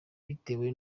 bitewe